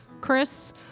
Chris